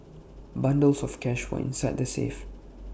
bundles of cash were inside the safe